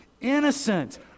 innocent